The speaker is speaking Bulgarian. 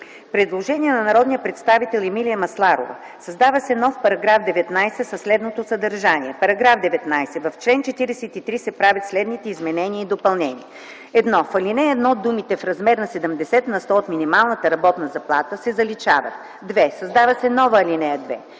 предложение от народния представител Емилия Масларова: Създава се нов § 19 със следното съдържание: „§ 19. В чл. 43 се правят следните изменения и допълнения: 1. В ал. 1 думите „в размер на 70 на сто от минималната работна заплата” се заличават. 2. Създава нова ал. 2: